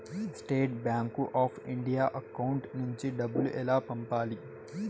State Bank of India account నుంచి డబ్బులు ఎలా పంపాలి?